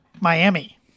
Miami